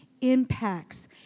impacts